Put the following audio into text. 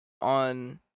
on